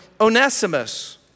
Onesimus